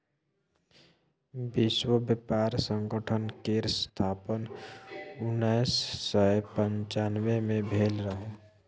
विश्व बेपार संगठन केर स्थापन उन्नैस सय पनचानबे मे भेल रहय